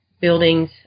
buildings